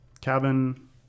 cabin